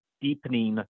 deepening